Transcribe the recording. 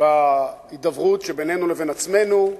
בהידברות שבינינו לבין עצמנו,